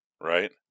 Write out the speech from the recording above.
right